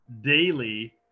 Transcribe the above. daily